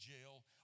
jail